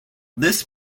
this